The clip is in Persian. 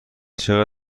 چقدر